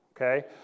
Okay